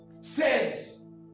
says